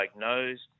diagnosed